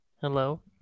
Hello